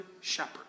shepherd